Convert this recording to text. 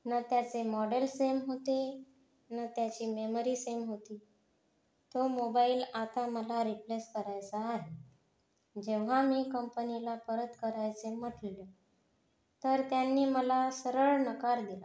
न त्याचे model same होते न त्याची मेमरी सेम होती तो मोबाईल आता मला रिप्लेस करायचा आहे जेव्हा मी कंपनीला परत करायचे म्हटले तर त्यांनी मला सरळ नकार दिला